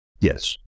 Yes